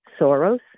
Soros